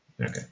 Okay